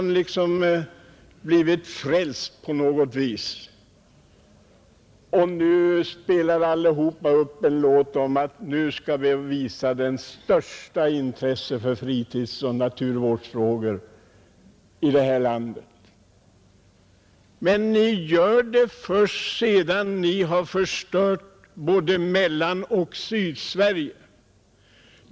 Nu har alla blivit frälsta på något vis och spelar upp en låt om att man hyser det största intresse för fritidsoch naturvårdsfrågor. Men ni gör det först sedan ni har förstört både mellersta och södra Sverige.